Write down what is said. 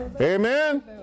Amen